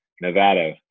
Nevada